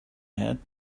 had